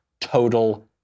Total